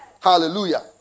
Hallelujah